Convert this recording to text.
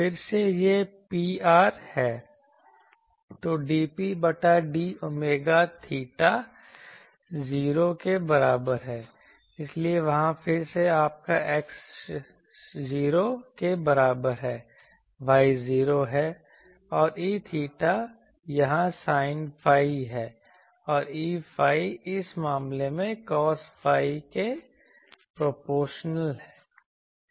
फिर से यह Pr है तो dP बटा d omega थीटा 0 के बराबर है इसलिए वहाँ फिर से आपका X 0 के बराबर है Y 0 है और E𝚹 यहाँ sin phi है और Eϕ इस मामले में cos phi के प्रोपोर्शनल है